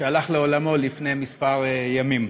שהלך לעולמו לפני כמה ימים.